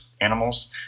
animals